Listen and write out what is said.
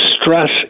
stress